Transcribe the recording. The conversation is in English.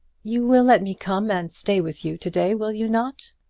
you will let me come and stay with you to-day, will you not?